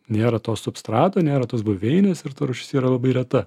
nėra to substrato nėra tos buveinės ir ta rūšis yra labai reta